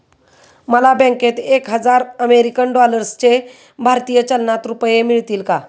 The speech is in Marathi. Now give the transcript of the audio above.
मला बँकेत एक हजार अमेरीकन डॉलर्सचे भारतीय चलनात रुपये मिळतील का?